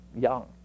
young